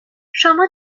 شما